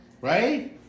Right